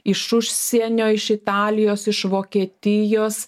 iš užsienio iš italijos iš vokietijos